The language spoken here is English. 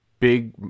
Big